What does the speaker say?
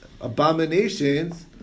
abominations